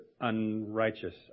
unrighteous